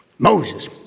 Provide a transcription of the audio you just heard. Moses